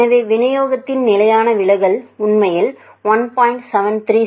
எனவே விநியோகத்தின் நிலையான விலகல் உண்மையில் 1